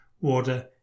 water